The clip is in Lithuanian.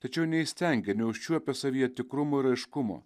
tačiau neįstengia neužčiuopęs savyje tikrumo raiškumo